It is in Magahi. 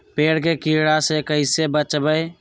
पेड़ के कीड़ा से कैसे बचबई?